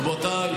רבותיי,